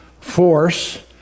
force